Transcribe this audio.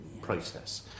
process